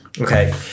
Okay